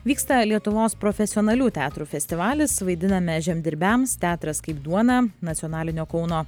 vyksta lietuvos profesionalių teatrų festivalis vaidiname žemdirbiams teatras kaip duona nacionalinio kauno